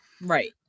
right